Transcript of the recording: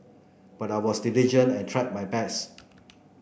but I was diligent and tried my best